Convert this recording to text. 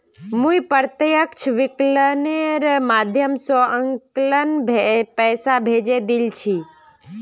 मुई प्रत्यक्ष विकलनेर माध्यम स अंकलक पैसा भेजे दिल छि